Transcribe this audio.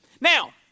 Now